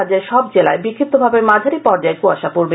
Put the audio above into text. রাজ্যের সর্ব জেলায় বিষ্কিপ্তভাবে মাঝারি পর্যায়ে কুয়াশা পড়বে